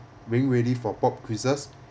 being ready for pop quizzes